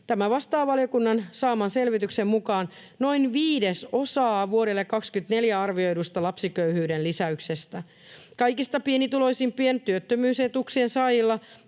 Tämä vastaa valiokunnan saaman selvityksen mukaan noin viidesosaa vuodelle 2024 arvioidusta lapsiköyhyyden lisäyksestä. Kaikista pienituloisimpien työttömyysetuuksien saajilla